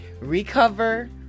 recover